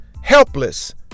helpless